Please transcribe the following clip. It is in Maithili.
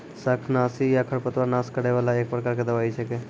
शाकनाशी या खरपतवार नाश करै वाला एक प्रकार के दवाई छेकै